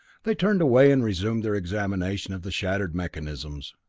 they turned away and resumed their examination of the shattered mechanisms.